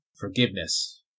forgiveness